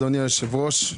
אדוני היושב-ראש,